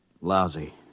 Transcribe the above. Lousy